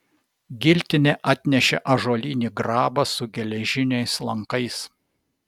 giltinė atnešė ąžuolinį grabą su geležiniais lankais